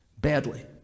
badly